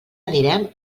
anirem